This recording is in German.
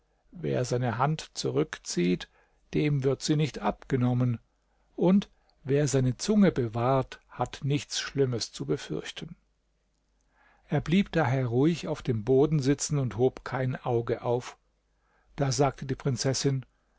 wer seine hand zurückzieht dem wird sie nicht abgenommen und wer seine zunge bewahrt hat nichts schlimmes zu befürchten er blieb daher ruhig auf dem boden sitzen und hob kein auge auf da sagte die prinzessin